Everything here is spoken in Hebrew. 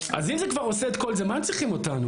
אז אם זה כבר עושה את כל זה, מה הם צריכים אותנו?